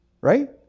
right